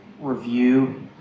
review